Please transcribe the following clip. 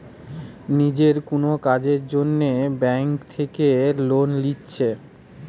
নিজের কুনো কাজের জন্যে ব্যাংক থিকে লোন লিচ্ছে